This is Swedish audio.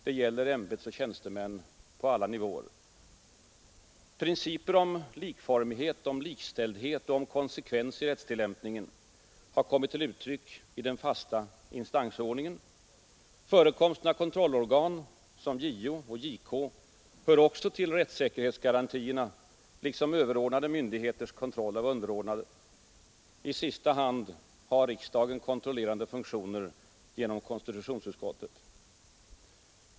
Det gäller ämbetsoch tjänstemän på alla nivåer. Principer om likformighet, om likställdhet och om konsekvens i rättstillämpningen har kommit till uttryck i den fasta instansordningen. Förekomsten av kontrollorgan som JO och JK hör också till rättssäkerhetsgarantierna, liksom överordnade myndigheters kontroll av underordnade. I sista hand har riksdagen kontrollerande funktioner genom konstitutionsutskottet.